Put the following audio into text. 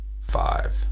five